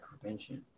prevention